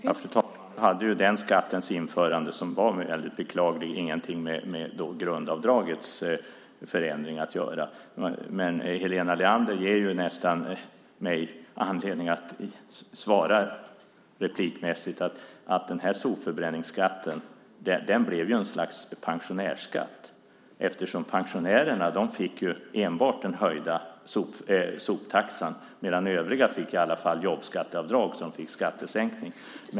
Fru talman! Nu hade införandet av den skatten, som var väldigt beklaglig, ingenting med grundavdragets förändring att göra. Helena Leander ger mig nästan anledning att svara att sopförbränningsskatten blev ett slags pensionärsskatt. Pensionärerna fick enbart den höjda soptaxan medan övriga i alla fall fick jobbskatteavdrag och därmed en skattesänkning.